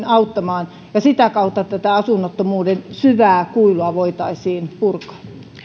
auttamaan ja sitä kautta tätä asunnottomuuden syvää kuilua purkaa